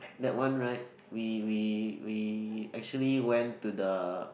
that one right we we we actually went to the